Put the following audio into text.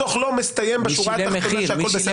הדוח לא מסתיים בשורה התחתונה שהכול בסדר.